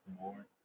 more